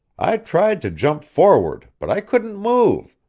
i tried to jump forward, but i couldn't move,